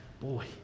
Boy